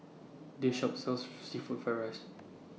This Shop sells Seafood Fried Rice